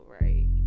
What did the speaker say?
right